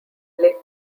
blake